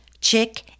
Chick